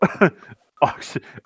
Oxygen